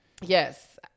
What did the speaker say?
Yes